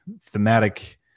thematic